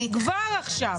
כבר עכשיו.